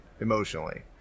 emotionally